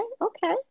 okay